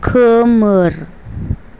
खोमोर